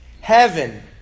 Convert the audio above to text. Heaven